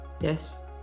yes